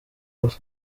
gusa